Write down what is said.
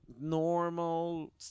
normal